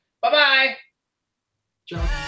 Bye-bye